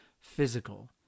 physical